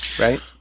right